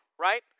right